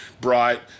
bright